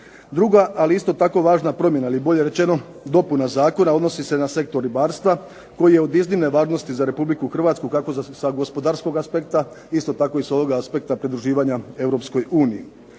Druga, ali isto tako važna promjena, ili bolje rečeno dopuna Zakona odnosi se na sektor ribarstva koji je od iznimne važnosti za Republiku Hrvatsku kako iz gospodarskog aspekta isto tako s aspekta pridruživanja Europskoj uniji.